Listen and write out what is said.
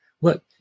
look